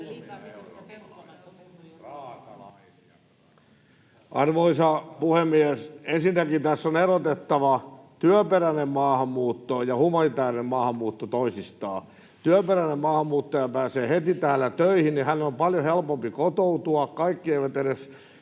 Arvoisa puhemies! Ensinnäkin tässä on erotettava työperäinen maahanmuutto ja humanitäärinen maahanmuutto toisistaan. Työperäinen maahanmuuttaja pääsee heti täällä töihin, ja hänen on paljon helpompi kotoutua. Kaikki eivät edes